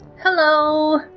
Hello